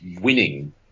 winning